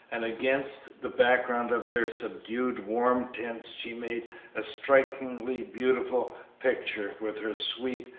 and against the background of their subdued, warm tints she made a strikingly beautiful picture, with her sweet,